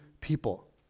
people